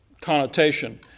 connotation